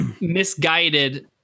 Misguided